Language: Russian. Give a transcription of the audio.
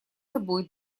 собой